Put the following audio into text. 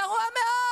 גרוע מאוד,